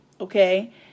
okay